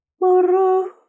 Muru